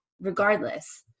regardless